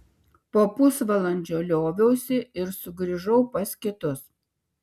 po pusvalandžio lioviausi ir sugrįžau pas kitus